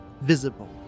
visible